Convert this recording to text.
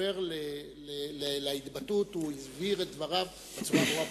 בקשר להתבטאות הוא הבהיר את דבריו בצורה ברורה ביותר.